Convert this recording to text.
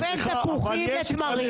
אבל מה הקשר בין תפוחים לתמרים?